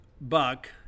buck